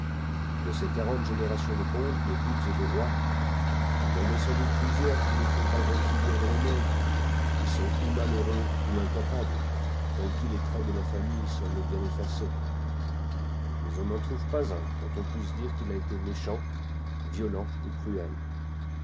de ces quarante générations de comtes de ducs et de rois il en est sans doute plusieurs qui ne font pas grande figure dans le monde qui sont ou malheureux ou incapables en qui les traits de la famille semblent bien effacés mais on n'en trouve pas un dont on puisse dire qu'il a été méchant violent ou cruel